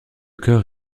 chœur